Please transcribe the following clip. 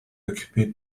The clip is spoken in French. occupé